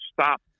stop